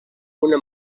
una